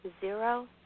Zero